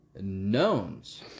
knowns